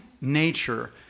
nature